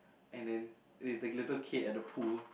and then is the little kid at the pool